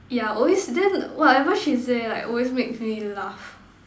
yeah always then whatever she say like always makes me laugh